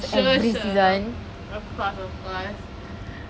sure sure of course of course